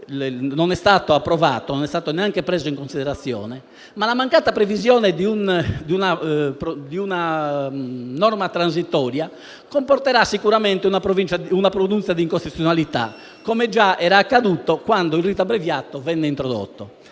non è stato approvato e non è stato neanche preso in considerazione. La mancata previsione di una norma transitoria comporterà sicuramente una pronuncia di incostituzionalità, come già era accaduto quando il rito abbreviato venne introdotto: